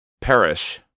perish